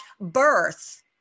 birth